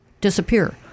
disappear